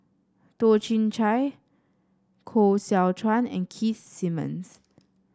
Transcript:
Toh Chin Chye Koh Seow Chuan and Keith Simmons